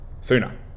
sooner